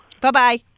Bye-bye